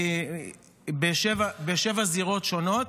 בשבע זירות שונות.